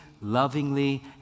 lovingly